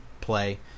play